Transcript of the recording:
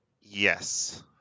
Yes